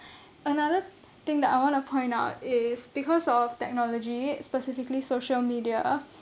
another thing that I want to point out is because of technology specifically social media